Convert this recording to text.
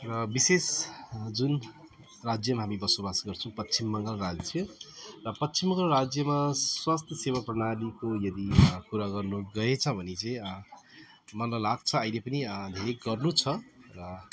र विशेष जुन राज्यमा हामी बसोबासो गर्छौँ पश्चिम बङ्गाल राज्य र पश्चिम बङ्गाल राज्यमा स्वास्थ्य सेवा प्रणालीको यदि कुरा गर्न गएछ भने चाहिँ मलाई लाग्छ अहिले पनि धेरै गर्नुछ र